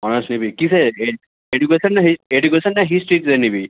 honours নিবি কীসে এ এডুকেশান না হি এডুকেশান না হিস্ট্রিতে নিবি